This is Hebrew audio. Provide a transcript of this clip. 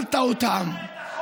הפקרת אותם, יש לי רק